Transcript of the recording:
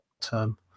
term